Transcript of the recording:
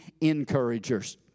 encouragers